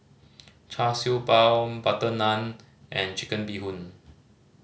Char Siew Bao butter naan and Chicken Bee Hoon